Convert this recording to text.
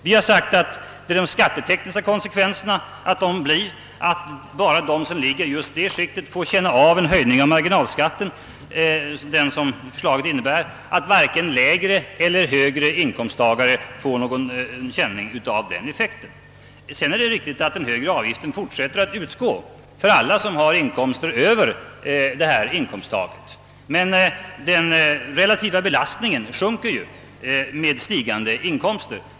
Vi har sagt att de skattetekniska konsekvenserna blir att bara de, som ligger i det skiktet, får känna av den höjning av marginalskatten som förslaget innebär och att varken lägre eller högre inkomsttagare får känna av den effekten. Sedan är det riktigt att den högre avgiften fortsätter att utgå för alla som har inkomster över detta inkomsttak, men den relativa belastningen sjunker naturligtvis med stigande inkomster.